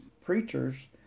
preachers